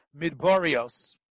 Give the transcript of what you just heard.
midborios